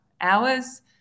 hours